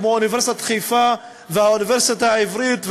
כמו אוניברסיטת חיפה והאוניברסיטה העברית,